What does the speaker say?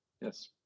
Yes